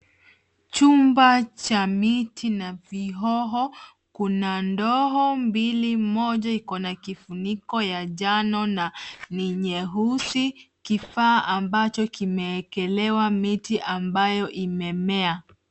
Chumba cha miti na vioo. Kuna ndoo mbili, moja iko na kifuniko ya njano na ni nyeusi, kifaa ambacho kimeekelewa miti ambayo imemea.